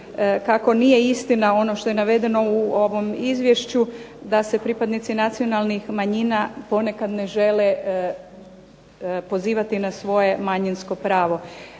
kako nije istina ono što je navedeno u ovom izvješću da se pripadnici nacionalnih manjina ponekad ne žele pozivati na svoje manjinsko pravo.